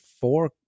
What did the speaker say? four